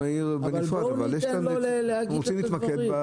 בואו ניתן לו להגיד את הדברים.